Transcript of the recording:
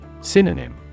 Synonym